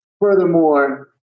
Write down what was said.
furthermore